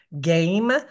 game